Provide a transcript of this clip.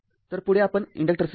तर पुढे आपण इन्डक्टर्स घेऊ